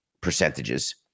percentages